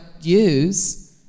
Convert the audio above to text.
use